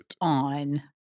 on